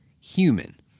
human